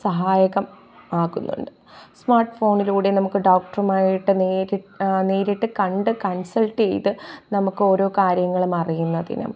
സഹായകം ആകുന്നുണ്ട് സ്മാർട്ട് ഫോണിലൂടെ നമുക്ക് ഡോക്ടർമാരായിട്ട് നേരി നേരിട്ട് കണ്ട് കൺസെൾട്ട് ചെയ്ത് നമുക്കൊരോ കാര്യങ്ങളുമറിയുന്നതിനും